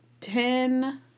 ten